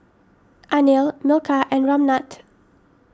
Anil Milkha and Ramnath